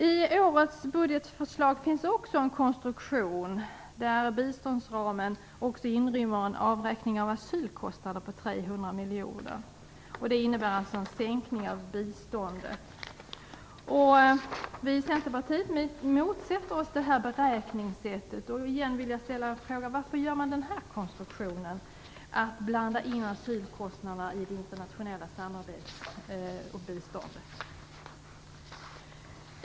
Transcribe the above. I årets budgetförslag finns också en konstruktion där biståndsramen inrymmer en avräkning av asylkostnader på 300 miljoner. Det innebär en sänkning av biståndet. Vi i Centerpartiet motsätter oss detta beräkningssätt. Jag vill återigen ställa en fråga. Varför använder man denna konstruktion att blanda in asylkostnaderna i det internationella samarbetet och biståndet?